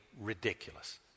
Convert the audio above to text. ridiculous